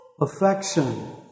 affection